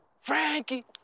Frankie